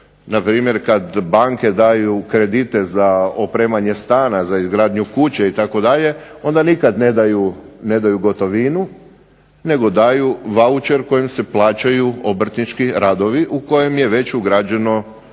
Na primjer kad banke daju kredite za opremanje stana, za izgradnju kuće itd., onda nikad ne daju gotovinu nego daju vaučer kojim se plaćaju obrtnički radovi u koji je već ugrađen i